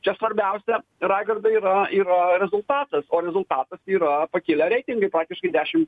čia svarbiausia raigardai yra yra rezultatas o rezultatas yra pakilę reitingai praktiškai dešimt